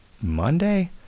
Monday